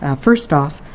ah first off,